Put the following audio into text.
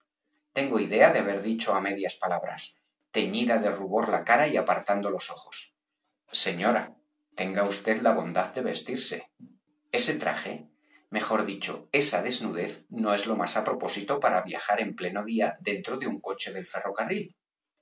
haber dicho á medias palabras teñida de rubor la caray apartando los ojos señora tenga usted la bondad de vestirse ese traje mejor dicho esa desnudez no es lo más a propósito para viajar en pleno día dentro áé un coche del ferrocarril